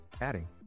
adding